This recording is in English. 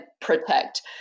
protect